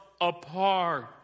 apart